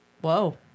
Whoa